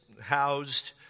housed